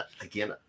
again